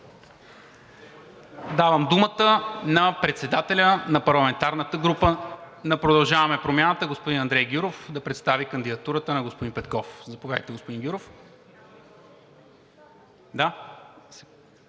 Давам думата на председателя на парламентарната група на „Продължаваме Промяната“ господин Андрей Гюров да представи кандидатурата на господин Петков. Заповядайте, господин Гюров.